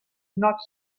not